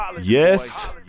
Yes